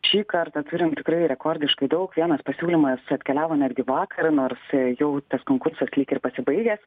šį kartą turim tikrai rekordiškai daug vienas pasiūlymas atkeliavo netgi vakar nors jau tas konkursas lyg ir pasibaigęs